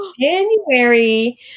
January